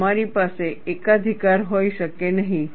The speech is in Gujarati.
તમારી પાસે એકાધિકાર હોઈ શકે નહીં